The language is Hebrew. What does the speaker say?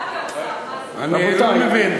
אני לא מבין,